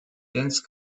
dense